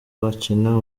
bakina